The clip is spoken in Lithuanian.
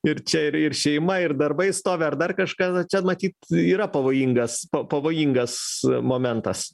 ir čia ir ir šeima ir darbai stovi ar dar kažkas čia matyt yra pavojingas pavojingas momentas